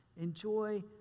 Enjoy